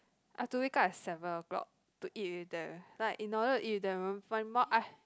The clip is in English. I have to wake up at seven o-clock to eat with them like in order to eat with them my mum I